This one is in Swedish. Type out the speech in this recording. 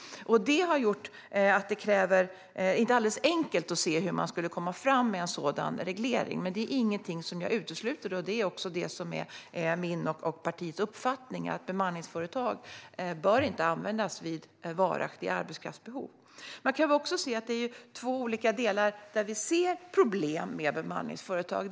Det har gjort att det inte är alldeles enkelt att se hur man skulle komma fram med en sådan reglering, men det är ingenting som jag utesluter. Det är också min och partiets uppfattning att bemanningsföretag inte bör användas vid varaktiga arbetskraftsbehov. Det är två olika områden där vi ser problem med bemanningsföretag.